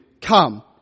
come